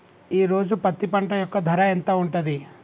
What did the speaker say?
ఈ రోజు పత్తి పంట యొక్క ధర ఎంత ఉంది?